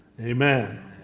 amen